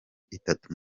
itatu